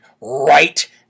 right